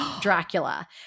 Dracula